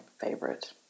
favorite